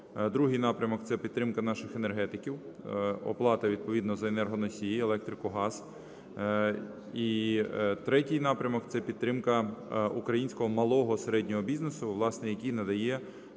Другий напрямок – це підтримка наших енергетиків, оплата відповідно за енергоносії, електрику, газ. І третій напрямок – це підтримка українського малого, середнього бізнесу, власне, який надає